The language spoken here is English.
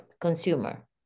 consumer